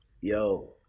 Yo